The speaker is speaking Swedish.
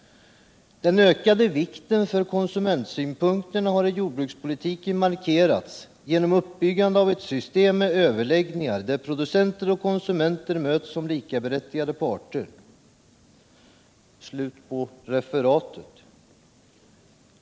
Den ökade vikten för konsumentsynpunkterna har, säger utskottet vidare, i jordbrukspolitiken markerats genom uppbyggande av ett system med överläggningar, där producenter och konsumenter möts som likaberättigade parter.